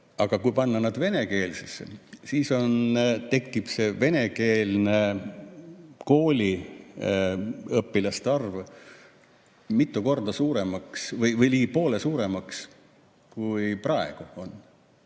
aga kui panna nad venekeelsesse, siis kerkib venekeelsete kooliõpilaste arv mitu korda suuremaks või poole suuremaks, kui praegu on.